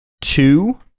two